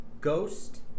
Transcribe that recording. Ghost